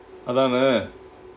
அதனை:athanai